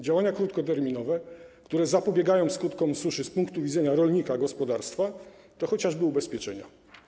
Działania krótkoterminowe, które zapobiegają skutkom suszy z punktu widzenia rolnika, gospodarstwa, to chociażby ubezpieczenia.